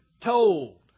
told